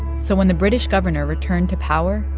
so when the british governor returned to power.